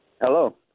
Hello